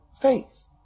Faith